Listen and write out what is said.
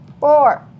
Four